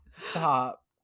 stop